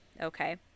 Okay